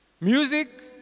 Music